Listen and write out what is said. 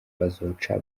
bazoca